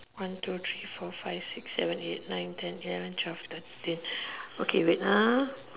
one two three four five six seven eight nine ten eleven twelve thirteen okay wait